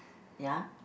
ya